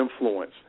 influence